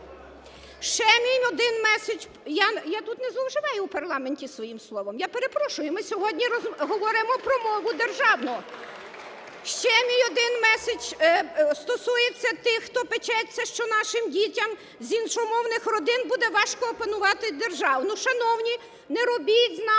Ще мій один месседж стосується тих, хто печеться, що нашим дітям з іншомовних родин буде важко опанувати державну.